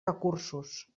recursos